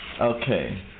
Okay